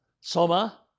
soma